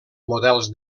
models